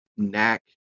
Knack